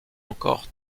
encore